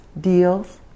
deals